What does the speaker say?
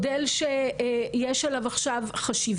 היה בשבוע שעבר,